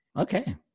Okay